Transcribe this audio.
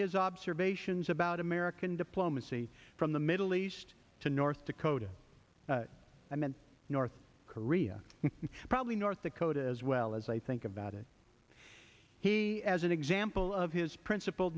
his observations about american diplomacy from the middle east to north dakota and then north korea and probably north dakota as well as i think about it he as an example of his princip